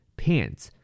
pants